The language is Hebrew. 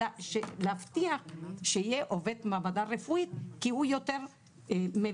אלא להבטיח שיהיה עובד מעבדה רפואית כי הוא יותר מתמקצע,